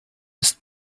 ist